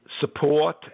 support